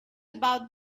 about